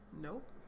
Nope